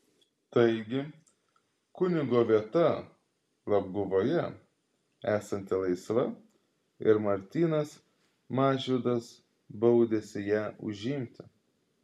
taigi kunigo vieta labguvoje esanti laisva ir martynas mažvydas baudėsi ją užimti